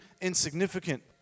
insignificant